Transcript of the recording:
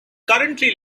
currently